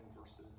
verses